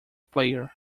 player